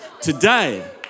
Today